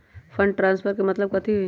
Fund transfer के मतलब कथी होई?